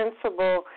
principle